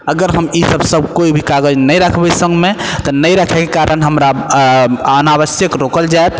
अगर हमसब ई सब कागज नहि रखबै सङ्गमे तऽ नहि रखैके कारण हमरा अनावश्यक रोकल जाय